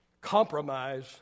compromise